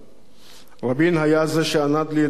רבין היה זה שענד לי את דרגות האלוף.